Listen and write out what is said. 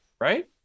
right